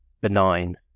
benign